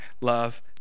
love